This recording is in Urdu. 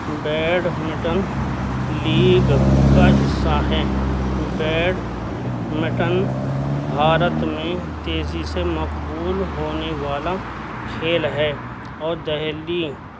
بیڈمنٹن لیگ کا حصہ ہے بیڈمنٹن بھارت میں تیزی سے مقبول ہونے والا کھیل ہے اور دہلی